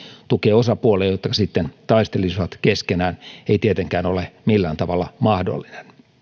tukee osapuolia jotka sitten taistelisivat keskenään ei tietenkään ole millään tavalla mahdollinen